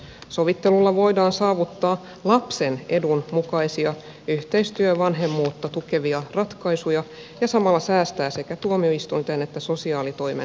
sovittelulla voidaan saavuttaa lapsen edun mukaisia yhteistyövanhemmuutta tukevia ratkaisuja ja samalla säästää sekä tuomioistuinten että sosiaalitoimen voimavaroja